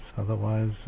otherwise